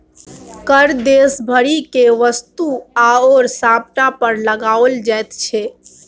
कर देश भरि केर वस्तु आओर सामान पर लगाओल जाइत छै